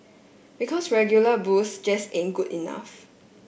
because regular booze just in good enough